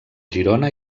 girona